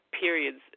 periods